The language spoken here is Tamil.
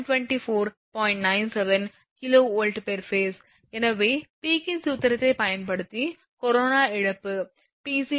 97 𝑘𝑉𝑝ℎ𝑎𝑠𝑒 எனவே பீக்கின் சூத்திரத்தைப் பயன்படுத்தி கொரோனா இழப்பு